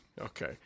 okay